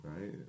right